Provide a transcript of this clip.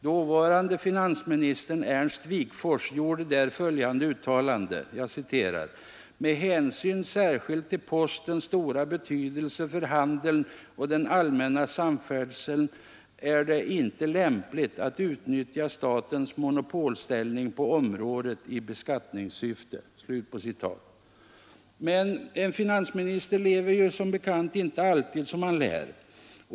Dåvarande finansministern Ernst Wigforss gjorde där följande uttalande: ”Med hänsyn särskilt till postens stora betydelse för handeln och den allmänna sam färdseln är det icke lämpligt att utnyttja statens monopolställning på det området i beskattningssyfte.” Men en finansminister lever ju som bekant inte alltid som han lär.